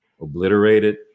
obliterated